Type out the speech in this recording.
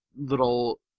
little